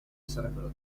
sarebbero